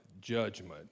judgment